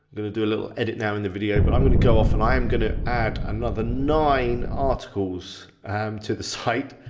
gonna do a little edit now in the video, but i'm gonna go off and i am gonna add another nine articles to the site.